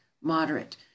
moderate